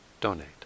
donate